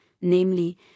namely